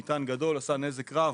מטען גדול, עשה נזק רב.